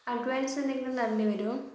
advance എന്തെങ്കിലും തരേണ്ടി വരുവൊ